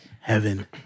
Heaven